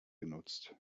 genutzt